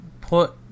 put